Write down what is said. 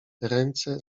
ręce